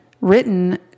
written